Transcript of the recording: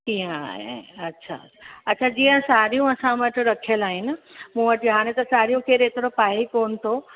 इअं आहे अच्छा अच्छा जीअं साड़ियूं असां वटि रखियल आहिनि मूं वटि जीअं हाणे त साड़ियूं केर हेतिरो पाए ई कोन थो